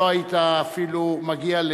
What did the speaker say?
לא היית אפילו מגיע,